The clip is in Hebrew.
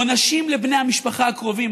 עונשים לבני המשפחה הקרובים,